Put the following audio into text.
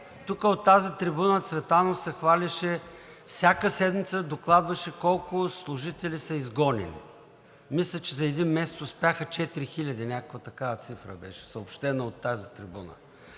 Тук от тази трибуна Цветанов се хвалеше, всяка седмица докладваше колко служители са изгонени. Мисля, че за един месец успяха 4000, някаква такава цифра беше съобщена от тази трибуна.